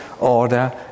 order